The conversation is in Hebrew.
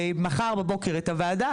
מחר בבוקר את הוועדה,